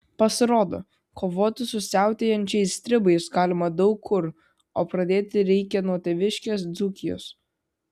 pasirodo kovoti su siautėjančiais stribais galima daug kur o pradėti reikia nuo tėviškės dzūkijos